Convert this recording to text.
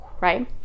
right